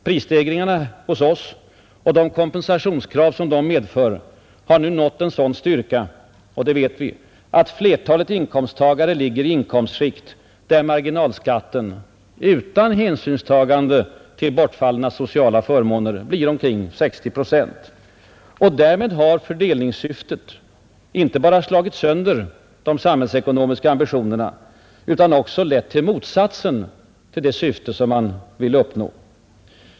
Prisstegringarna hos oss och de kompensationskrav dessa utlöst har nu nått en sådan styrka — det vet vi — att flertalet inkomsttagare ligger i inkomstskikt, där marginalskatten — utan hänsynstagande till bortfallna sociala förmåner — blir omkring 60 procent. Därmed har fördelningssyftet inte bara slagit sönder de samhällsekonomiska ambitionerna utan också lett till motsatsen till det avsedda syftet.